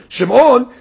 Shimon